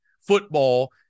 football